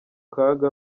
kaga